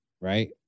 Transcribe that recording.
right